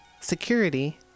security